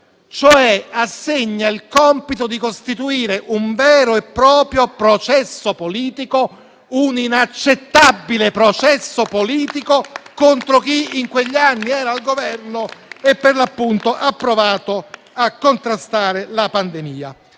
ho appena ricordato, ossia costituire un vero e proprio processo politico, un inaccettabile processo politico, contro chi in quegli anni era al Governo e, per l'appunto, ha provato a contrastare la pandemia.